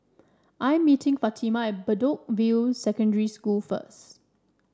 I am meeting Fatima at Bedok View Secondary School first